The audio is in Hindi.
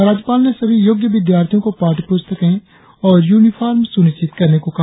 राज्यपाल ने सभी योग्य विद्यार्थियों को पाठ्यपुस्तक और यूनिफॉर्म सुनिश्चित करने को कहा